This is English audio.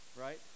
right